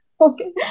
Okay